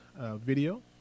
video